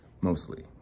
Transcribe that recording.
Mostly